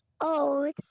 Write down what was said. old